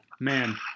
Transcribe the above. man